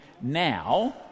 now